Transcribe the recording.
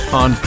on